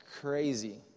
crazy